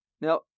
Now